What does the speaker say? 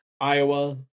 Iowa